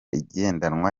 igendanwa